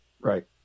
Right